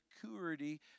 security